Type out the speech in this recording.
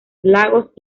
lagos